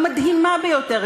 המדהימה ביותר,